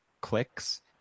clicks